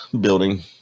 building